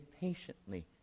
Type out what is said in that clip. patiently